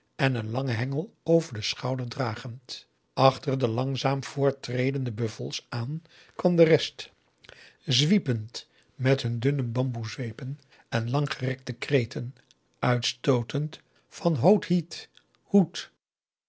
en een langen hengel over den schouder dragend achter de langaugusta de wit orpheus in de dessa zaam voorttredende buffels aan kwam de rest zwiepend met hun dunne bamboezweepen en langgerekte kreten uitstootend van hoo iet hoet